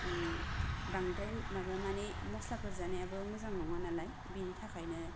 बांद्राय माबा मानि मस्लाफोर जानायाबो मोजां नङा नालाय बिनि थाखायनो